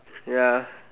ya